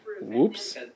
Whoops